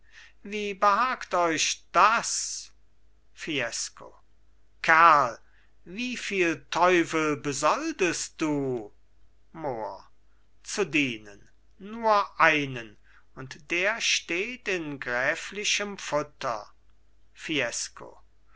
wie behagt euch das fiesco kerl wieviel teufel besoldest du mohr zu dienen nur einen und der steht in gräflichem futter fiesco